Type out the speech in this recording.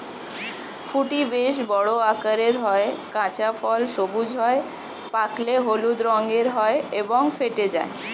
ফুটি বেশ বড় আকারের হয়, কাঁচা ফল সবুজ হয়, পাকলে হলুদ রঙের হয় এবং ফেটে যায়